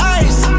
ice